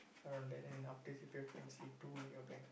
around there then after C_P_F you can see two in your bank